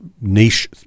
niche